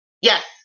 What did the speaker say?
Yes